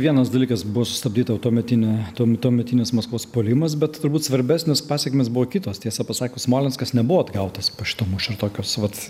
vienas dalykas buvo sustabdyta jau tuometinė tuom tuometinis maskvos puolimas bet turbūt svarbesnės pasekmės buvo kitos tiesa pasakius smolenskas nebuvo atgautas po šito mūšio tokios vat